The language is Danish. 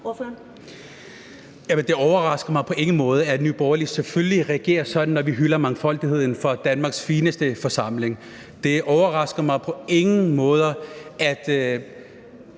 Det overrasker mig på ingen måde, at Nye Borgerlige selvfølgelig reagerer sådan, når vi hylder mangfoldigheden fra Danmarks fineste forsamling. Det overrasker mig på ingen måder, at